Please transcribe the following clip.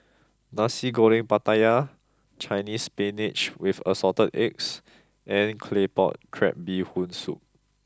Nasi Goreng Pattaya Chinese Spinach with Assorted Eggs and Claypot Crab Bee Hoon Soup